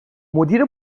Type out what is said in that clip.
مدیر